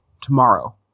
tomorrow